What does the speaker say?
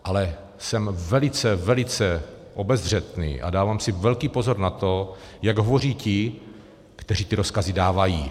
Ale jsem velice obezřetný a dávám si velký pozor na to, jak hovoří ti, kteří ty rozkazy dávají.